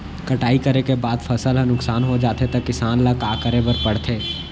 कटाई करे के बाद फसल ह नुकसान हो जाथे त किसान ल का करे बर पढ़थे?